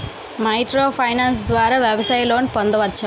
Micro finance ద్వారా వ్యవసాయ loan పొందవచ్చా?